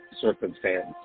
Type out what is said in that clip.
circumstance